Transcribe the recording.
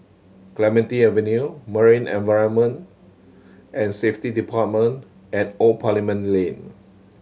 Clementi Avenue Marine Environment and Safety Department and Old Parliament Lane